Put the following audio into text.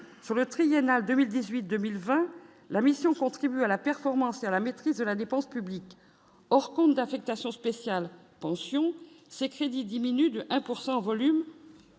sur le triennal 2018, 2020 la mission contribuer à la performance et à la main. C'est de la dépense publique or compte d'affectation spéciale pension ces crédits diminuent de 1 pourcent en volume.